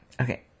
Okay